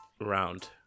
round